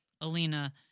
Alina